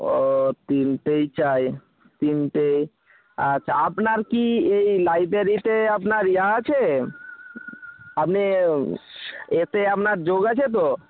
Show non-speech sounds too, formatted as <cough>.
ও তিনটেই চাই তিনটে আচ্ছা আপনার কি এই লাইব্রেরিতে আপনার ইয়ে আছে আপনি <unintelligible> এতে আপনার যোগ আছে তো